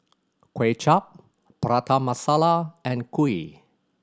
Kuay Chap Prata Masala and kuih